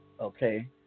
okay